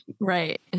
Right